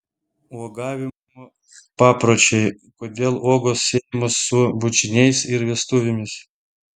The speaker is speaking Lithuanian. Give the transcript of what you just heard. uogavimo papročiai kodėl uogos siejamos su bučiniais ir vestuvėmis